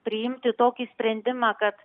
priimti tokį sprendimą kad